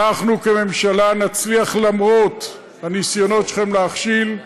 אנחנו כממשלה נצליח, למרות הניסיונות שלכם להכשיל,